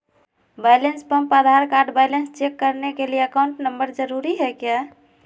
Balance pump Aadhaar card balance check करने के लिए अकाउंट नंबर जरूरी है क्या?